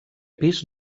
pis